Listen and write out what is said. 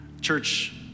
church